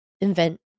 invent